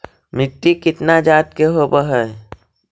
मिट्टी कितना जात के होब हय?